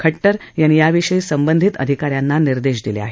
खट्टर यांनी या विषयी संबंधित अधिकाऱ्यांना निर्देश दिले आहेत